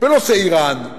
בנושא אירן,